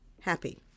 happy